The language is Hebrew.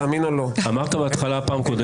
אמרת בפעם הקודמת